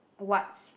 what's